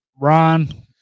Ron